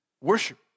worship